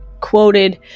quoted